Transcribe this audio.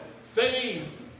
saved